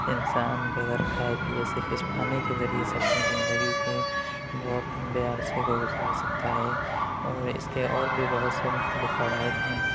انسان بغیر کھائے پیئے صرف اس پانی کے ذریعے سے اپنی زندگی کے بہت لمبے عرصے کو گزار سکتا ہے اور اس کے اور بھی بہت سے مختلف فوائد ہیں